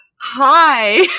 Hi